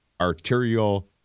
arterial